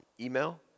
email